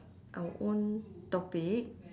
our own topic